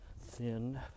thin